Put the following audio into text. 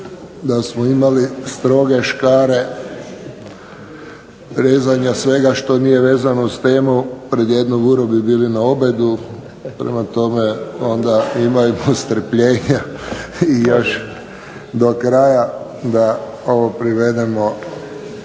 Da smo imali stroge škare rezanja svega što nije vezano uz temu pred jednu vuru bi bili na obedu, prema tome imajmo strpljenja još do kraja da ovo privedemo